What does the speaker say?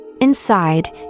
Inside